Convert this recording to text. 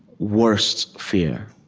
worst fear.